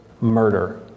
murder